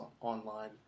online